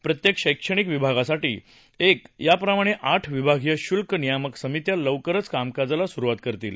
प्रत्येक शैक्षणिक विभागासाठी एक याप्रमाणे या आठ विभागीय शुल्क नियामक समित्या लवकरच कामकाजाला सुरूवात करतील